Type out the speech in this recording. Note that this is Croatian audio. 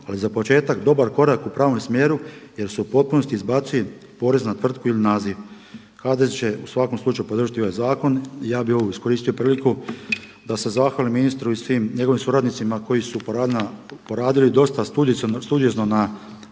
ali za početak dobar korak u pravom smjeru jer se u potpunosti izbacuje porez na tvrtku ili naziv. HDZ će u svakom slučaju podržati ovaj zakon. Ja bih ovu iskoristio priliku da se zahvalim ministru i svim njegovim suradnicima koji su poradili dosta studiozno na